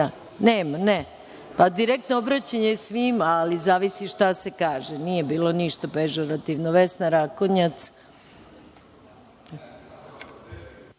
Direktno obraćanje svima, ali zavisi šta se kaže, nije bilo ništa bežurativno. Reč ima Vesna Rakonjac.